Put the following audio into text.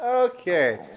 Okay